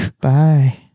Bye